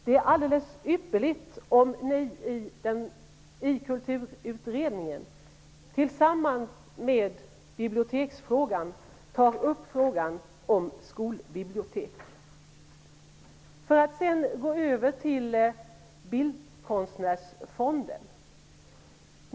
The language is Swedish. Det är alldeles ypperligt om ni i Kulturutredningen tillsammans med biblioteksfrågan tar upp frågan om skolbibliotek. Jag skall sedan gå över till Bildkonstnärsfonden.